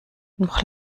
noch